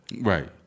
Right